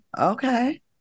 Okay